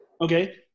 Okay